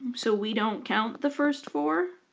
so we don't count the first four.